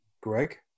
Greg